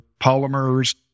polymers